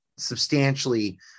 Substantially